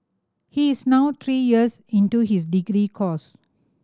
he is now three years into his degree course